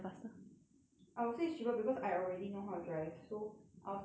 I would say sure because I already know how to drive so I'll spend lesser money